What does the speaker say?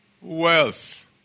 wealth